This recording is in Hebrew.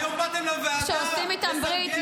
היום באתם לוועדה לסנגר עליו --- כשעושים איתם ברית,